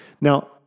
Now